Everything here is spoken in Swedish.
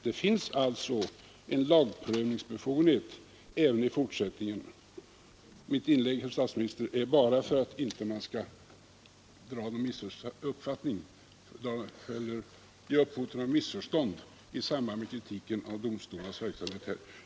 Det finns alltså en lagprövningsbefogenhet även i fortsättningen. Mitt inlägg, herr statsminister, har jag gjort bara för att undvika att kritiken av domstolarnas verksamhet ger upphov till något missförstånd.